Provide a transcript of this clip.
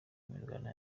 imirwano